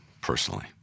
personally